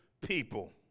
people